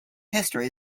history